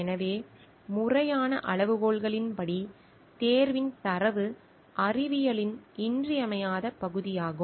எனவே முறையான அளவுகோல்களின்படி தேர்வின் தரவு அறிவியலின் இன்றியமையாத பகுதியாகும்